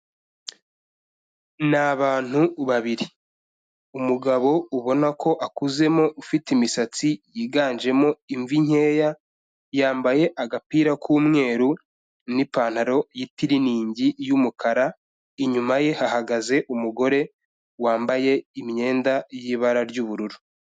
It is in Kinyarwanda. Ni abantu babiri, umugabo ubona ko akuzemo ufite imisatsi yiganjemo imvi nkeya, yambaye agapira k'umweru n'ipantaro y'itiriningi y'umukara, inyuma ye hahagaze umugore wambaye imyenda y'ibara ry'ubururu.